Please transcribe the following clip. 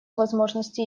возможности